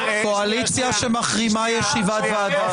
קואליציה שמחרימה ישיבת ועדה.